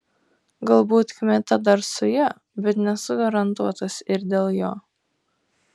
galbūt kmita dar su ja bet nesu garantuotas ir dėl jo